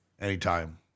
anytime